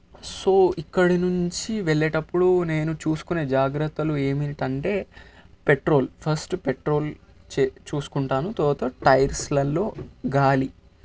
so ఇక్కడి నుంచి వెళ్ళేటప్పుడు నేను చూసుకునే జాగ్రత్తలు ఏమిటి అంటే పెట్రోల్ ఫస్ట్ పెట్రోల్ చే చూసుకుంటాను అండ్ టైర్స్లల్లో గాలి